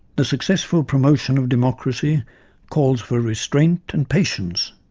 the successful promotion of democracy calls for restraint and patience,